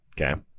Okay